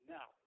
Now